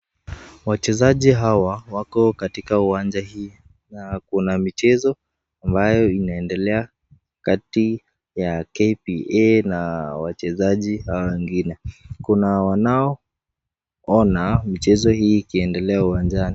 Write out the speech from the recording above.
Wachezaji hawa wako katika uwanja hii na kuna michezo ambayo inaendelea Kati ya KPA na wachezaji hao wengine. Kuna wanaoona mchezo huu akiendelea uwanjani.